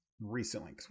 recently